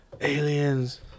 aliens